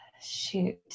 Shoot